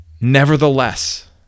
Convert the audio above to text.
Nevertheless